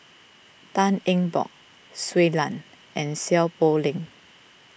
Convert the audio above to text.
Tan Eng Bock Shui Lan and Seow Poh Leng